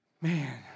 man